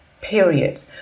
Period